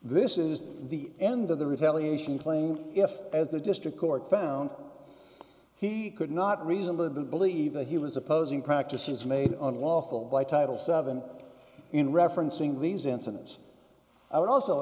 this is the end of the retaliation claimed if as the district court found he could not reason to believe that he was opposing practices made on lawful by title seven in referencing these incidents i would also